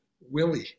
Willie